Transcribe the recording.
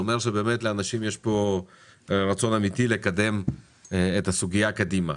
זה אומר שבאמת לאנשים יש פה רצון אמיתי לקדם את הסוגיה קדימה.